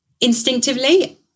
instinctively